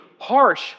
harsh